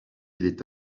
était